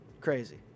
Crazy